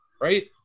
Right